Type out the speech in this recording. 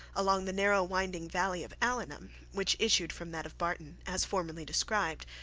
along the narrow winding valley of allenham, which issued from that of barton, as formerly described,